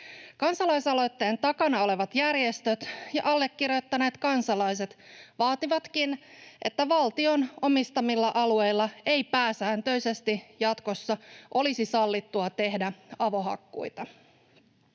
Kansalais-aloitteen takana olevat järjestöt ja allekirjoittaneet kansalaiset vaativatkin, että valtion omistamilla alueilla ei pääsääntöisesti jatkossa olisi sallittua tehdä avohakkuita.